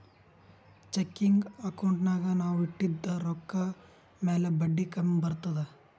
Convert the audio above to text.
checking ಅಕೌಂಟ್ನಾಗ್ ನಾವ್ ಇಟ್ಟಿದ ರೊಕ್ಕಾ ಮ್ಯಾಲ ಬಡ್ಡಿ ಕಮ್ಮಿ ಬರ್ತುದ್